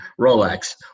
Rolex